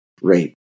rate